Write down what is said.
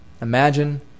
Imagine